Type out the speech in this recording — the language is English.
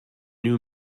new